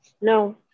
no